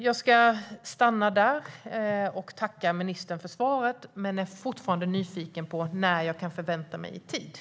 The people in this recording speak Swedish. Jag ska stanna där och tacka ministern för svaret, men jag är fortfarande nyfiken på när jag kan förvänta mig detta.